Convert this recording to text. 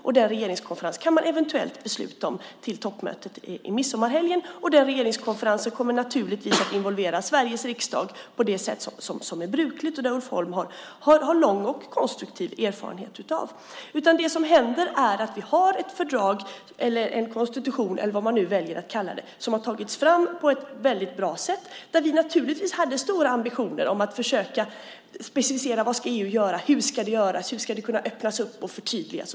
Och den regeringskonferensen kan man eventuellt besluta om till toppmötet i midsommarhelgen. Och den regeringskonferensen kommer naturligtvis att involvera Sveriges riksdag på det sätt som är brukligt och som Ulf Holm har lång och konstruktiv erfarenhet av. Det som händer är att vi har ett fördrag, en konstitution eller vad man väljer att kalla det, som har tagits fram på ett väldigt bra sätt. Vi hade naturligtvis stora ambitioner om att försöka specificera vad EU ska göra, hur det ska göras och hur det ska kunna öppnas upp och förtydligas.